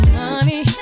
money